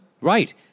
right